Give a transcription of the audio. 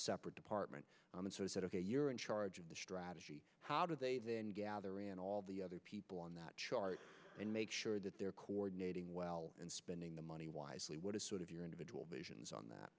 separate department and so i said ok you're in charge of the strategy how do they gather in all the other people on that chart and make sure that they're coordinating well and spending the money wisely what is sort of your individual visions on that